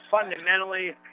Fundamentally